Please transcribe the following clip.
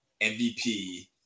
MVP